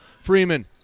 Freeman